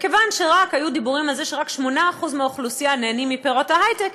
וכיוון שהיו דיבורים על זה שרק 8% מהאוכלוסייה נהנים מפירות ההיי-טק,